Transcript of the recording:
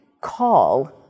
call